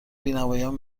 بینوایان